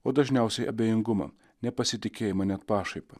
o dažniausiai abejingumą nepasitikėjimą net pašaipą